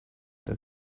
that